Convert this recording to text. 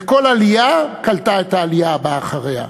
וכל עלייה קלטה את העלייה הבאה אחריה.